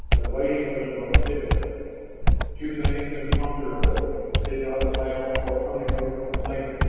the waiting was the most difficult too many imponderables did not allow for unemotional thinking.